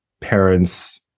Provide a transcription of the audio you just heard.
parents